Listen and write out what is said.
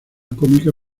cómica